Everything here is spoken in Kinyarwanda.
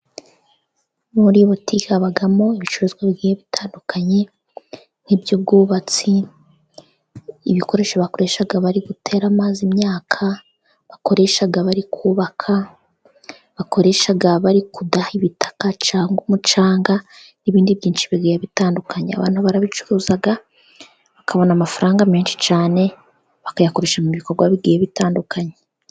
Muri butiki habamo ibicuruzwa bigiye bitandukanye nk'iby'ubwubatsi, ibikoresho bakoresha bari gutera amazi imyaka, bakoresha bari kubaka, bakoresha bari kudaha ibitaka cyangwa umucanga, n'ibindi byinshi bigiye bitandukanye, abantu barabicuruza bakabona amafaranga menshi cyane, bakayakoresha mu bikorwa bigiye bitandukanye.